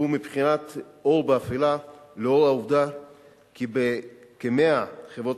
והוא בבחינת אור באפלה לנוכח העובדה שבכ-100 חברות